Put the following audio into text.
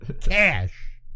cash